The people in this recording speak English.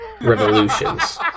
Revolutions